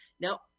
Now